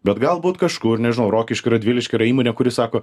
bet galbūt kažkur nežinau rokiškio radviliškio yra įmonė kuri sako